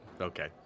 Okay